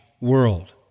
world